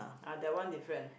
ah that one different